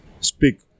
speak